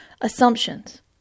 Assumptions